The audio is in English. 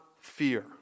fear